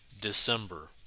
December